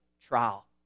trial